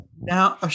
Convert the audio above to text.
Now